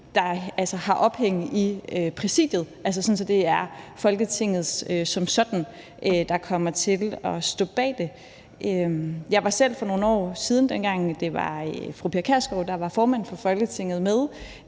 der har ophæng i Præsidiet, altså sådan at det er Folketinget som sådan, der kommer til at stå bag det. For nogle år siden, dengang det var fru Pia Kjærsgaard, der var formand for Folketinget,